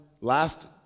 last